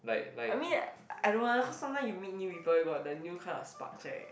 I mean I don't want cause sometime you meet new people you got the new kind of sparks right